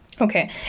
okay